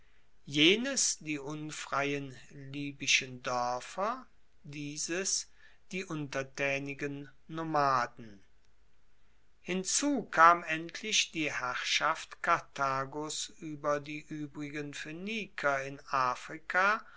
jenes die unfreien libyschen doerfer dieses die untertaenigen nomaden hierzu kam endlich die herrschaft karthagos ueber die uebrigen phoeniker in afrika